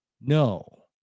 No